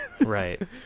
Right